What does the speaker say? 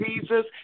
Jesus